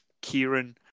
Kieran